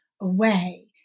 away